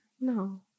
No